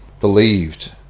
Believed